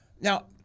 Now